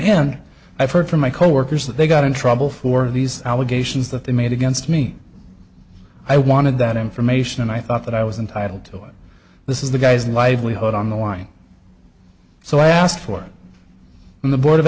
and i've heard from my coworkers that they got in trouble for these allegations that they made against me i wanted that information and i thought that i was entitled to it this is the guy's livelihood on the line so i asked for and the board of